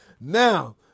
Now